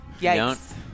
Yikes